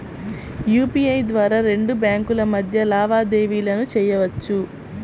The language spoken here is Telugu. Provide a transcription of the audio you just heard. యూపీఐ ద్వారా రెండు బ్యేంకుల మధ్య లావాదేవీలను చెయ్యొచ్చు